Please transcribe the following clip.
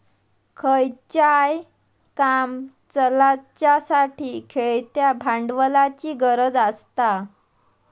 खयचाय काम चलाच्यासाठी खेळत्या भांडवलाची गरज आसता